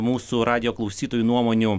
mūsų radijo klausytojų nuomonių